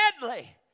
deadly